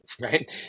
right